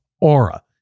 Aura